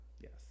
yes